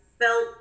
felt